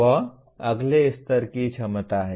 वह अगले स्तर की क्षमता है